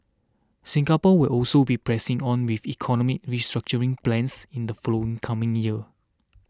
Singapore will also be pressing on with economic restructuring plans in the from coming year